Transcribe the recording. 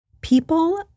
People